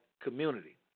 community